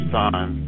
time